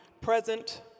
present